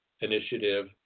initiative